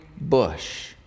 bush